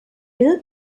bill